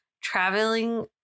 traveling